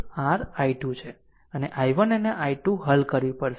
અને i1 અને i2 હલ કરવી પડશે